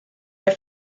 der